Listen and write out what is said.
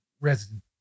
Resident